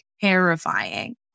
terrifying